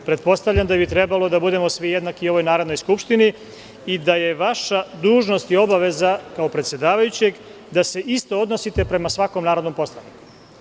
Pretpostavljam da bi trebalo da budemo svi jednaki u ovoj Narodnoj skupštini i da je vaša dužnost i obaveza, kao predsedavajućeg, da se isto odnosite prema svakom narodnom poslaniku.